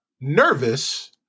nervous